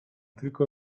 tylko